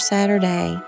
Saturday